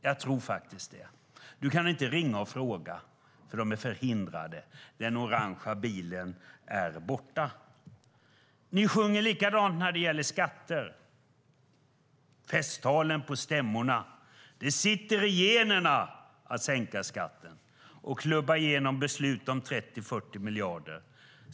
Jag tror faktiskt det. Du kan inte ringa och fråga, för de är förhindrade. Den orange bilen är borta. Ni sjunger likadant när det gäller skatter, i festtalen på stämmorna. Det sitter i generna att sänka skatten och klubba igenom beslut om 30-40 miljarder.